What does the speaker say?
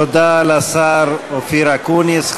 תודה לשר אופיר אקוניס.